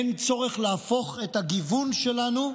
אין צורך להפוך את הגיוון שלנו,